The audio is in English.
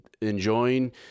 enjoying